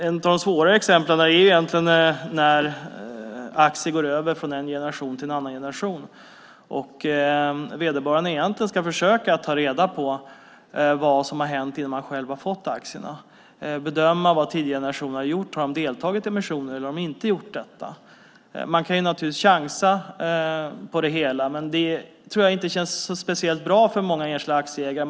Ett av de svårare exemplen uppstår när aktier går över från en generation till en annan generation och vederbörande egentligen ska försöka ta reda på vad som har hänt innan man själv har fått aktierna, bedöma vad tidigare generationer har gjort. Har de deltagit i emissioner eller har de inte gjort detta? Man kan naturligtvis chansa, men det tror jag inte känns speciellt bra för många enskilda aktieägare.